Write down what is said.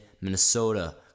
Minnesota